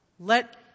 Let